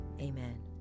Amen